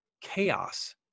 chaos